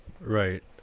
Right